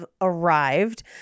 arrived